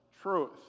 truth